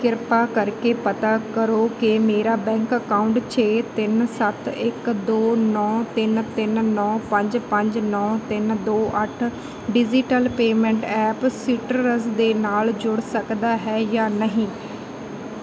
ਕਿਰਪਾ ਕਰਕੇ ਪਤਾ ਕਰੋ ਕਿ ਮੇਰਾ ਬੈਂਕ ਅਕਾਊਂਟ ਛੇ ਤਿੰਨ ਸੱਤ ਇੱਕ ਦੋ ਨੌ ਤਿੰਨ ਤਿੰਨ ਨੌ ਪੰਜ ਪੰਜ ਨੌ ਤਿੰਨ ਦੋ ਅੱਠ ਡਿਜਿਟਲ ਪੇਮੈਂਟ ਐਪ ਸੀਟਰਸ ਦੇ ਨਾਲ ਜੁੜ ਸਕਦਾ ਹੈ ਜਾਂ ਨਹੀਂ